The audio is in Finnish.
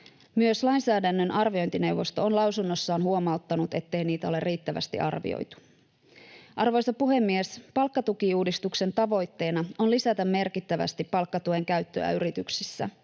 Myös lainsäädännön arviointineuvosto on lausunnossaan huomauttanut, ettei niitä ole riittävästi arvioitu. Arvoisa puhemies! Palkkatukiuudistuksen tavoitteena on lisätä merkittävästi palkkatuen käyttöä yrityksissä.